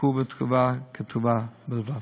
הסתפקו בתגובה כתובה בלבד.